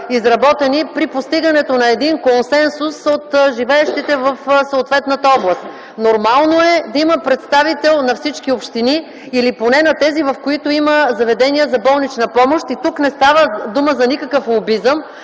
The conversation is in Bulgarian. изработени при постигането на един консенсус от живеещите в съответната област. Нормално е да има представител на всички общини или поне на тези, в които има заведения за болнична помощ. Тук не става дума за никакъв лобизъм,